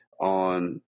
on